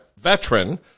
veteran